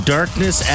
Darkness